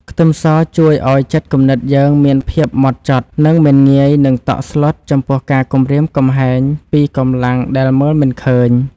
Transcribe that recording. ខ្ទឹមសជួយឱ្យចិត្តគំនិតយើងមានភាពហ្មត់ចត់និងមិនងាយនឹងតក់ស្លុតចំពោះការគំរាមកំហែងពីកម្លាំងដែលមើលមិនឃើញ។